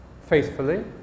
faithfully